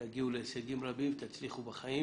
תגיעו להישגים רבים ותצליחו בחיים